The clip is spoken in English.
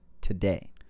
today